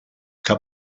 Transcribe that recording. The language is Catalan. que